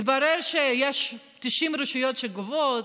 התברר שיש 90 רשויות שגובות.